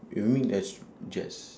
you mean like jazz